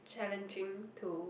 challenging to